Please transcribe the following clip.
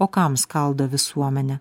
o kam skaldo visuomenę